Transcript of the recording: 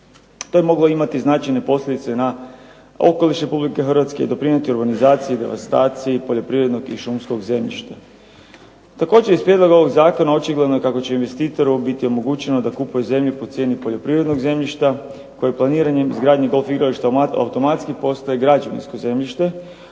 To bi moglo imati značajne posljedice na okoliš RH i doprinijeti i devastaciji poljoprivrednog i šumskog zemljišta. Također iz prijedloga ovoga zakona očigledno je kako će investitoru biti omogućeno da kupuje zemlju po cijeni poljoprivrednog zemljišta koje planiranjem izgradnje golf igrališta automatski postaje građevinsko zemljište,